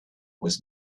was